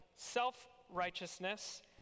self-righteousness